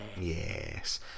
yes